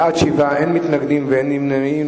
בעד, 7, אין מתנגדים ואין נמנעים.